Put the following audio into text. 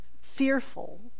fearful